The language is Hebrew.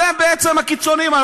אתם בעצם הקיצונים.